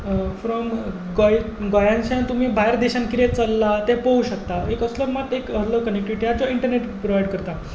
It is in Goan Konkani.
फ्रोम गोंयाच्यान तुमी भायर देशांत कितें चललां तें पळोववंक शकतात आनी कसलो मात एक आसलो कनॅक्टेड तो इंटरनॅट प्रोवायड करता